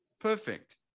perfect